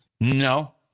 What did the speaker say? No